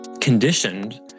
conditioned